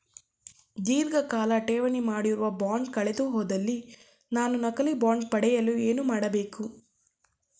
ಧೀರ್ಘಕಾಲ ಠೇವಣಿ ಮಾಡಿರುವ ಬಾಂಡ್ ಕಳೆದುಹೋದಲ್ಲಿ ನಾನು ನಕಲಿ ಬಾಂಡ್ ಪಡೆಯಲು ಏನು ಮಾಡಬೇಕು?